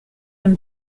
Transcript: own